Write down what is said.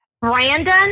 Brandon